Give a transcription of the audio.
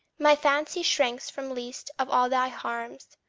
my fancy shrinks from least of all thy harms,